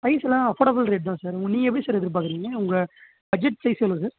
ப்ரைஸ்லாம் affordable rate தான் sir உங்கள் நீங்கள் எப்படி சார் எதிர்பார்க்குறீங்க உங்கள் பட்ஜெட் சைஸ் எவ்வளோ சார்